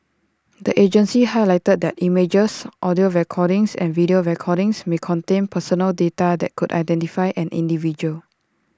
the agency highlighted that images audio recordings and video recordings may contain personal data that could identify an individual